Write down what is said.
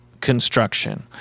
construction